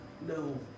no